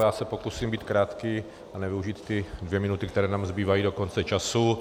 Já se pokusím být krátký a nevyužít ty dvě minuty, které nám zbývají do konce času.